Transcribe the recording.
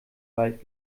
wald